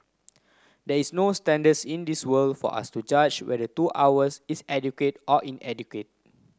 there is no standards in this world for us to judge whether two hours is adequate or inadequate